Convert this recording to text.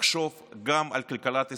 לחשוב גם על כלכלת ישראל,